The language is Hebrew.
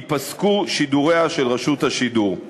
ייפסקו שידוריה של רשות השידור.